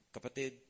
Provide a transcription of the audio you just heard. kapatid